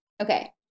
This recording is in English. Okay